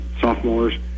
sophomores